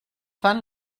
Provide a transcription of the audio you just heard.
fan